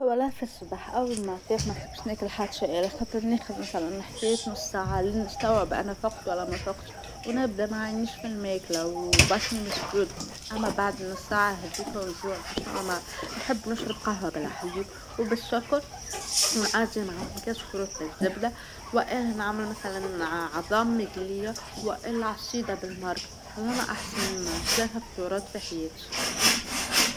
أولا ف الصبح أول ما فيق محبش ناكل حتى شى خاطر ناخد مثلا حكاية نص ساعه لنستوعب أنا فقت ولا ما فقت ونبدا ما عنديش في الماكلة وبطني مش طرد أما بعد نص ساعة هديك الرجوع بش نحب نشرب قهوة بالحليب وبالشوكو ونعادى معا الشوكولا بالزبدة وانا نعمل مثلا عظام مقلية والعصيدة بالمرق هذوما أحسن ثلاثة فطورات في حياتي.